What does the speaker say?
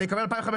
אני מקבל 2,500,